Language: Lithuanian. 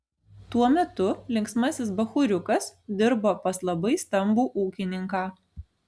tuo metu linksmasis bachūriukas dirbo pas labai stambų ūkininką